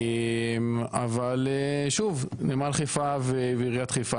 אבל שוב, נמל חיפה ועיריית חיפה.